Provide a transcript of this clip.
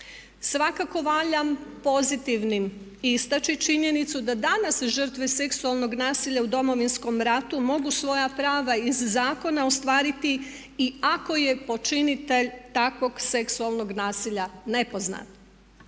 Svakako valja pozitivnim istači činjenicu da danas žrtve seksualnog nasilja u Domovinskom ratu mogu svoja prava iz zakona ostvariti i ako je to počinitelj takvog seksualnog nasilja nepoznat.